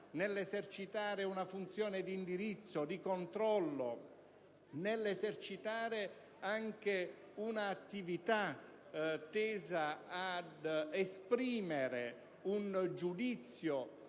nell'esercitare una funzione di indirizzo, di controllo, nell'esercitare anche una attività tesa ad esprimere un giudizio